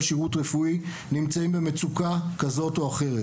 שירות רפואי נמצאים במצוקה כזאת או אחרת.